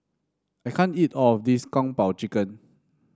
I can't eat all of this Kung Po Chicken